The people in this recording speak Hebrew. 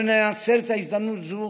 אנו ננצל את ההזדמנות הזו